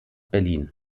berlin